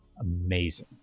Amazing